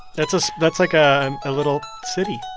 that's a that's like ah and a little city